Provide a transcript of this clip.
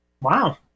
Wow